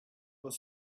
was